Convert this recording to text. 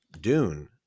Dune